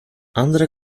andere